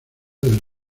del